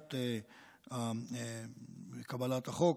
מתחילת קבלת החוק,